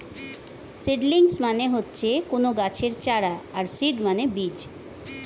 seedlings মানে হচ্ছে কোনো গাছের চারা আর সিড মানে বীজ